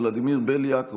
ולדימיר בליאק,